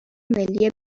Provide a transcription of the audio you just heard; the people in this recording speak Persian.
ملی